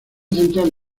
central